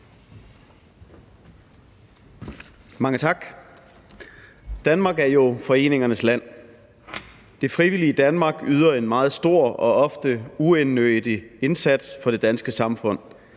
Mange tak. Danmark er jo foreningernes land. Det frivillige Danmark yder en meget stor og ofte uegennyttig indsats for det danske samfund.